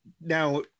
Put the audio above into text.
now